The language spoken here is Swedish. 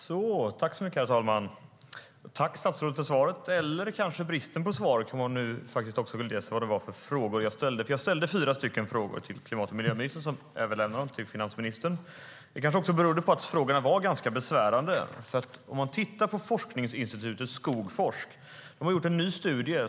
Herr talman! Jag vill tacka statsrådet för svaret, eller kanske för bristen på svar. Ministern kanske vill veta vilka frågor jag ställde? Jag ställde nämligen fyra frågor till klimat och miljöministern som överlämnade dem till finansministern. Det kanske berodde på att frågorna var ganska besvärande. Forskningsinstitutet Skogforsk har gjort en ny studie.